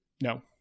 No